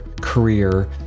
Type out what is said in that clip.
career